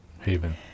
Haven